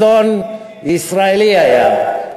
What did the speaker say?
אסון ישראלי היה,